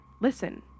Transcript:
listen